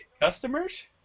customers